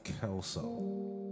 Kelso